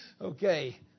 Okay